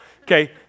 Okay